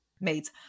mates